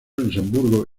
luxemburgo